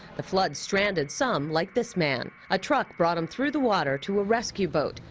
the floods stranded some like this man. a truck brought him through the water to a rescue boat,